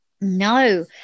No